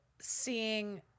seeing